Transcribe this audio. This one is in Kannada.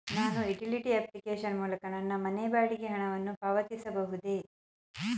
ನಾನು ಯುಟಿಲಿಟಿ ಅಪ್ಲಿಕೇಶನ್ ಮೂಲಕ ನನ್ನ ಮನೆ ಬಾಡಿಗೆ ಹಣವನ್ನು ಪಾವತಿಸಬಹುದೇ?